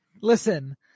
listen